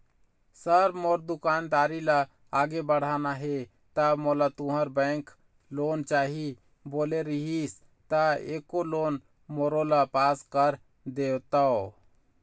Sir मोर दुकानदारी ला आगे बढ़ाना हे ता मोला तुंहर बैंक लोन चाही बोले रीहिस ता एको लोन मोरोला पास कर देतव?